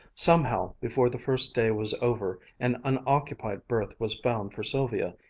somehow, before the first day was over, an unoccupied berth was found for sylvia,